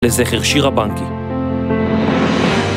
לזכר שירה בנקי